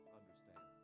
understand